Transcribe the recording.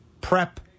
prep